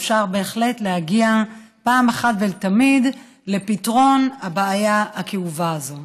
אפשר בהחלט להגיע אחת ולתמיד לפתרון הבעיה הכאובה הזאת.